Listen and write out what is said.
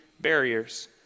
barriers